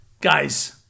guys